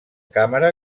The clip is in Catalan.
càmera